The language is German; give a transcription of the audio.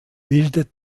bildet